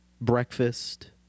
Breakfast